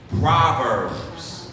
proverbs